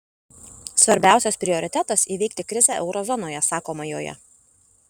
svarbiausias prioritetas įveikti krizę euro zonoje sakoma joje